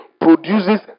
produces